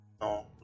No